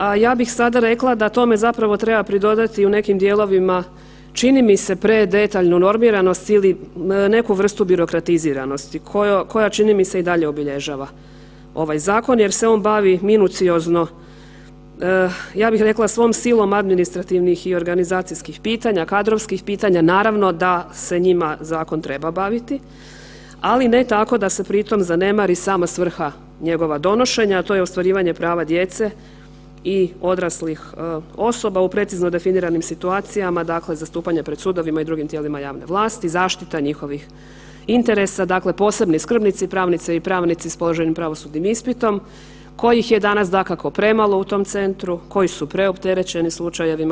A ja bih sada rekla da tome zapravo treba pridodati i u nekim dijelovima čini mi se predetaljnu normiranost ili neku vrstu birokratiziranosti koja čini mi se i dalje obilježava ovaj zakon jer se on bavi minuciozno, ja bih rekla svom silom administrativnih i organizacijskih pitanja, kadrovskih pitanja, naravno da se njima zakon treba baviti, ali ne tako da se pri tom zanemari sama svrha njegova donošenja, a to je ostvarivanje prava djece i odraslih osoba u precizno definiranim situacijama, dakle zastupanje pred sudovima i drugim tijelima javne vlasti, zaštita njihovih interesa, dakle posebni skrbnici, pravnice i pravnici s položenim pravosudnim ispitom kojih je danas dakako premalo u tom centru, koji su preopterećeni slučajevima.